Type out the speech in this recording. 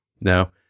Now